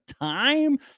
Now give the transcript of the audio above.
time